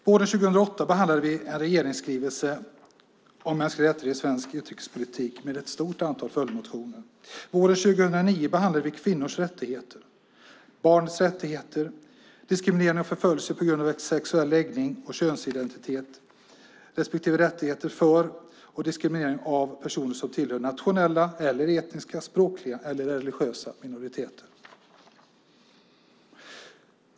Våren 2008 behandlade vi en regeringsskrivelse om mänskliga rättigheter i svensk utrikespolitik och ett stort antal följdmotioner. Våren 2009 behandlade vi kvinnors rättigheter, barns rättigheter, diskriminering och förföljelse på grund av sexuell läggning och könsidentitet respektive rättigheter för och diskriminering av personer som tillhör nationella, etniska, språkliga eller religiösa minoriteter.